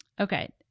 okay